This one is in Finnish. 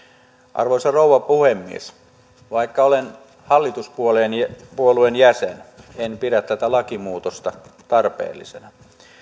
arvoisa rouva puhemies vaikka olen hallituspuolueen jäsen en pidä tätä lakimuutosta tarpeellisena